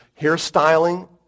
hairstyling